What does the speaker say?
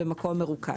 במקום מרוכז.